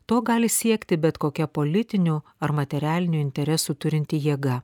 to gali siekti bet kokia politinių ar materialinių interesų turinti jėga